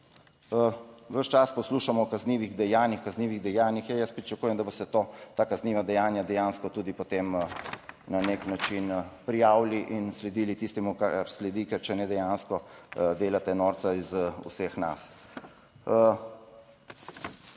čas poslušamo o kaznivih dejanjih, kaznivih dejanjih, jaz pričakujem, da boste ta kazniva dejanja dejansko tudi potem na nek način prijavili in sledili tistemu, kar sledi. Ker če ne dejansko delate norca iz vseh nas.